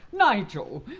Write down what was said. nigel!